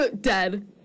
dead